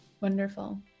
Wonderful